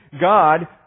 God